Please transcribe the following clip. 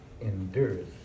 endures